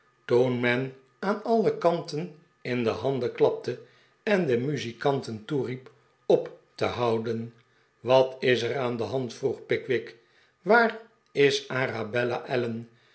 toen men aan alle kanten in de handen klapte en den muzikanten toeriep op te houden wat is er aan de hand vroeg pickwick waar is arabella allen